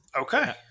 Okay